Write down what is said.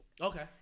Okay